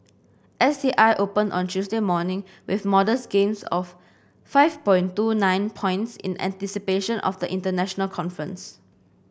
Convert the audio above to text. S T I opened on Tuesday morning with modest gains of five point two nine points in anticipation of the international conference